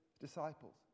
disciples